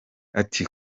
ati